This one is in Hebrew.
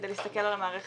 כדי להסתכל על המערכת,